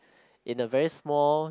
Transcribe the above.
in the very small